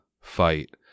fight